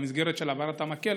במסגרת העברת המקל,